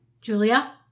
Julia